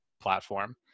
platform